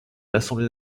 assemblée